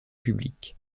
publiques